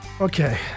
Okay